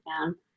down